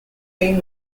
been